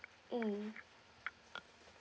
mm